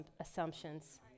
assumptions